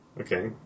Okay